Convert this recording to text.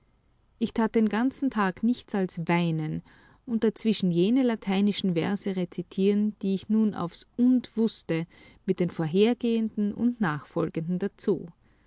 ich tat den ganzen tag nichts als weinen und dazwischen jene lateinischen verse rezitieren die ich nun aufs und wußte mit den vorhergehenden und nachfolgenden dazu